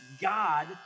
God